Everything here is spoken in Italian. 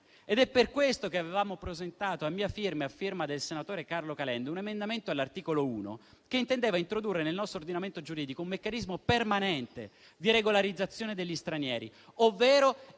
È per questo che avevamo presentato, a firma mia e del senatore Carlo Calenda, un emendamento all'articolo 1 che intendeva introdurre nel nostro ordinamento giuridico un meccanismo permanente di regolarizzazione degli stranieri, ovvero